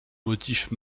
motifs